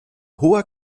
hoher